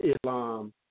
Islam